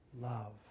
Love